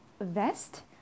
vest